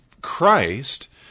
Christ